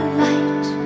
light